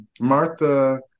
Martha